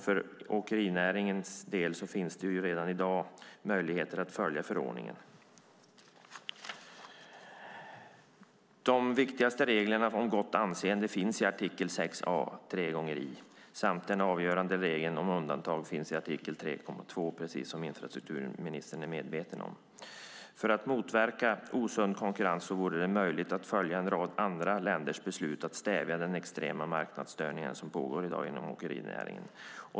För åkerinäringes del finns ju redan i dag möjligheter att följa förordningen. De viktigaste reglerna om gott anseende finns i artikel 6aiii. Den avgörande regeln om undantag finns i artikel 3.2., precis som infrastrukturministern är medveten om. För att motverka osund konkurrens vore det möjligt att följa en rad andra länders beslut att stävja den extrema marknadsstörning som i dag pågår inom åkerinäringen.